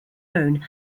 own